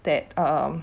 that um